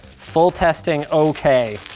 full testing, okay.